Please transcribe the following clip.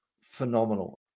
phenomenal